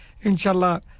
Inshallah